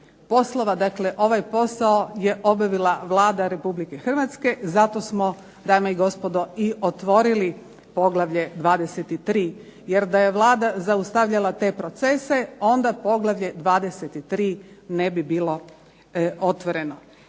poslova, dakle ovaj posao je obavila Vlada Republike Hrvatske zato smo dame i gospodo otvorili poglavlje 23. Jer da je Vlada zaustavljala te procese onda poglavlje 23. ne bi bilo otvoreno.